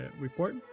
report